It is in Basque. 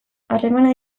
harremanak